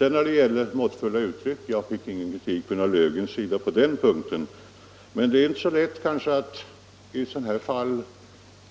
Sedan gällde det måttfulla uttryck. Jag fick ingen kritik av herr Löfgren på den punkten, men det är kanske inte så lätt i ett sådant här fall